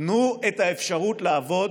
תנו את האפשרות לעבוד,